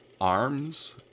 arms